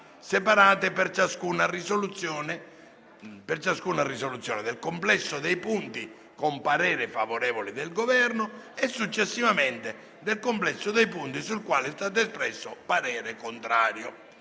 separate, per ciascuna risoluzione, del complesso dei punti con parere favorevole del Governo e, successivamente, del complesso dei punti sui quali è stato espresso parere contrario.